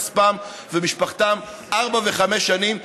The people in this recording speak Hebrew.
כספם ומשפחתם ארבע וחמש שנים,